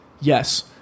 Yes